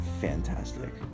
fantastic